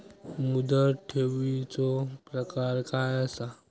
मुदत ठेवीचो प्रकार काय असा?